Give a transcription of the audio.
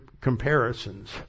comparisons